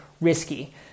risky